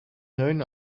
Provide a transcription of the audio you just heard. known